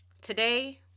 today